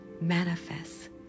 manifest